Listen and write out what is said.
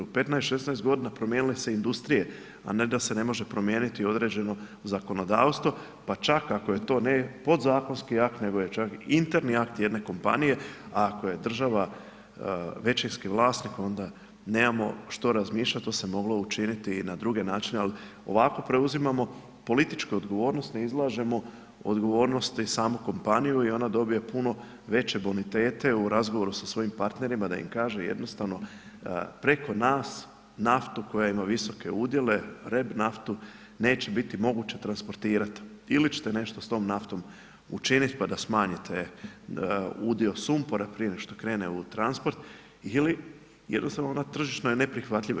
U 15, 16 godina promijenile su se industrije, a ne da se ne može promijeniti određeno zakonodavstvo, pa čak ako je to ne podzakonski akt, nego je čak i interni akt jedne kompanije, a ako je država većinski vlasnik onda nemamo što razmišljat, to se moglo učiniti i na druge načine, ali ovako preuzimamo političke odgovornosti, ne izlažemo odgovornosti samo kompaniju i ona dobiva puno veće bonitete u razgovoru sa svojim partnerima da im kaže jednostavno preko nas naftu koja ima visoke udjele, reb-naftu neće biti moguće transportirati, ili će te nešto s tom naftom učinit pa da smanjite udio sumpora prije nego što krene u transport, ili jednostavno ona tržišno je neprihvatljiva.